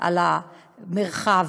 על המרחב,